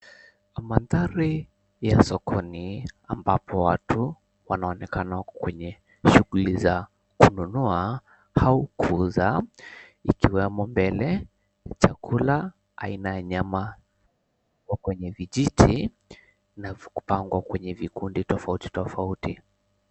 Mandhari ya sokoni ambapo watu wanaonekana kwenye shughuli za kununua au kuuza ikiwemo mbele chakula aina ya nyama iko kwenye vijiti na kupangwa kwenye vikundi tofauti tofauti.